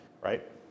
right